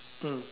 mm